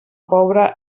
pobre